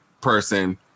person